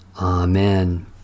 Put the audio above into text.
Amen